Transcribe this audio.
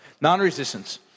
Non-resistance